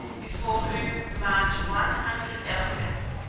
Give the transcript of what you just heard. before whom march one hundred elephants,